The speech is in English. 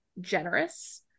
generous